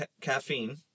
caffeine